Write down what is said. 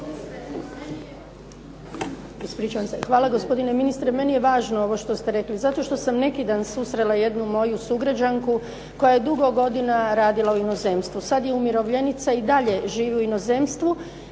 Hvala gospodine ministre. Meni je važno ovo što ste rekli zato što sam neki dan susrela jednu moju sugrađanku koja je dugo godina radila u inozemstvu. Sad je umirovljenica, i dalje živi u inozemstvu,